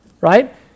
right